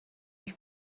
dich